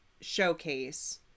showcase